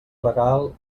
regal